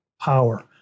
power